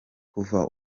kuva